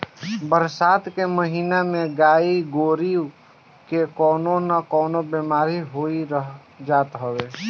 बरसात के महिना में गाई गोरु के कवनो ना कवनो बेमारी होइए जात हवे